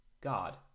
God